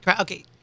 Okay